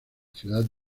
ciudad